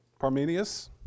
Parmenius